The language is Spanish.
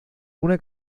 una